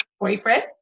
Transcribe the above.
boyfriend